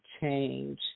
change